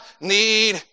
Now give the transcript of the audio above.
need